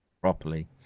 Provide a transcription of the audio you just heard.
properly